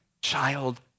child